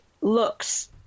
looks